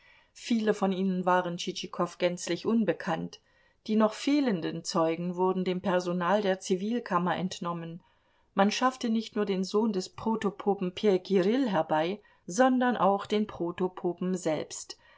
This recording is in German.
viele von ihnen waren tschitschikow gänzlich unbekannt die noch fehlenden zeugen wurden dem personal der zivilkammer entnommen man schaffte nicht nur den sohn des protopopen p kirill herbei sondern auch den protopopen selbst